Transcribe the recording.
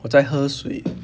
我在喝水